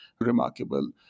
remarkable